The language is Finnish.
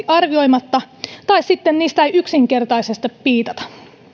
arvioimatta tai sitten niistä ei yksinkertaisesti piitata